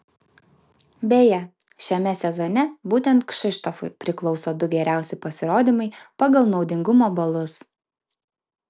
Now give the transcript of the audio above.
beje šiame sezone būtent kšištofui priklauso du geriausi pasirodymai pagal naudingumo balus